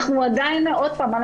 עוד פעם,